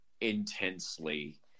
intensely